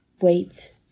wait